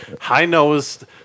high-nosed